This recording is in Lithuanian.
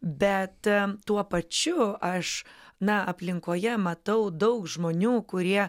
bet tuo pačiu aš na aplinkoje matau daug žmonių kurie